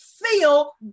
feel